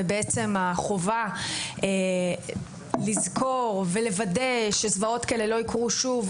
והחובה לזכור ולוודא שזוועות כאלה לא יקרו שוב,